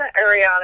Ariana